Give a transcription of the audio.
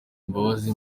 imbabazi